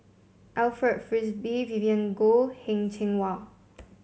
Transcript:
Alfred Frisby Vivien Goh Heng Cheng Hwa